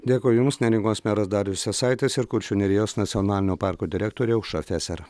dėkui jums neringos meras darius jasaitis ir kuršių nerijos nacionalinio parko direktorė aušra feser